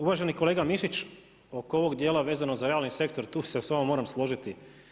Uvaženi kolega Mišić, oko ovog dijela vezano za realni sektor, tu se s vama moram složiti.